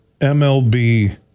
MLB